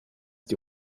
die